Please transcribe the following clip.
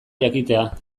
jakitea